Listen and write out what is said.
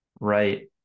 Right